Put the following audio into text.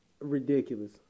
Ridiculous